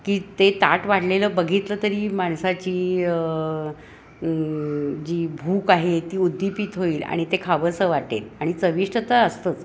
की ते ताट वाढलेलं बघितलं तरी माणसाची जी भूक आहे ती उद्दिपित होईल आणि ते खावंसं वाटेल आणि चविष्ट तर असतंच